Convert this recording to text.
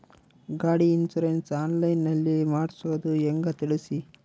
ಗಾಡಿ insurance online ನಲ್ಲಿ ಮಾಡ್ಸೋದು ಹೆಂಗ ತಿಳಿಸಿ?